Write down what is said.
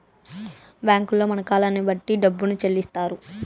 బ్యాంకుల్లో మన కాలాన్ని బట్టి డబ్బును చెల్లిత్తారు